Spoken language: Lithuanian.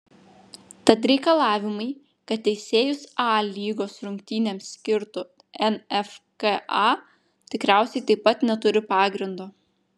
tad reikalavimai kad teisėjus a lygos rungtynėms skirtų nfka tikriausiai taip pat neturi pagrindo